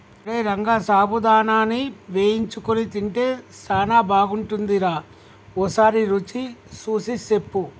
ఓరై రంగ సాబుదానాని వేయించుకొని తింటే సానా బాగుంటుందిరా ఓసారి రుచి సూసి సెప్పు